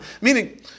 Meaning